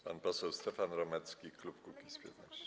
Pan poseł Stefan Romecki, klub Kukiz’15.